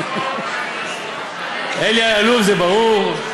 אלי אלאלוף זה ברור,